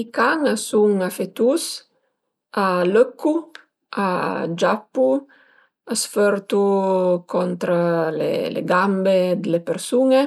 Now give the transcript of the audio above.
I can a sun afetus, a leccu, a giappu, a s'fertu contra le gambe d'le persun-e,